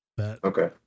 Okay